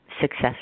success